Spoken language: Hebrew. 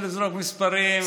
ולכן אני לא רוצה לזרוק מספרים,